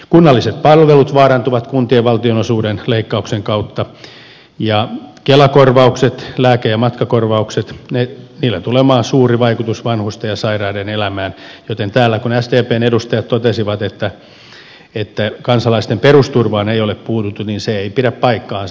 kunnalliset palvelut vaarantuvat kuntien valtionosuuden leikkauksen kautta ja kela korvauksilla lääke ja matkakorvauksilla tulee olemaan suuri vaikutus vanhusten ja sairaiden elämään joten täällä kun sdpn edustajat totesivat että kansalaisten perusturvaan ei ole puututtu niin se ei pidä paikkaansa